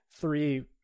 three